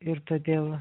ir todėl